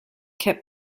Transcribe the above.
kept